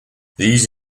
these